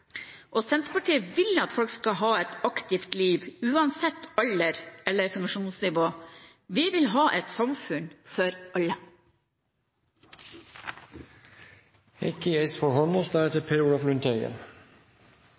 og Senterpartiet vil at folk skal ha et aktivt liv, uansett alder eller funksjonsnivå. Vi vil ha et samfunn for